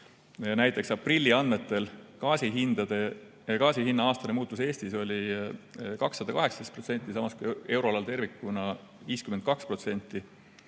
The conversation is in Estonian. Näiteks aprilli andmetel oli gaasi hinna aastane muutus Eestis 218%, samas kui euroalal tervikuna 52%.